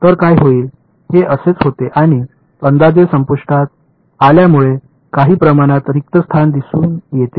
तर काय होईल हे असेच होते आणि अंदाजे संपुष्टात आल्यामुळे काही प्रमाणात रिक्त स्थान दिसून येते